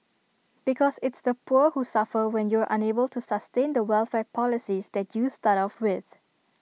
because it's the poor who suffer when you're unable to sustain the welfare policies that you start off with